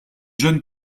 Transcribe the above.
jeune